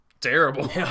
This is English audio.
terrible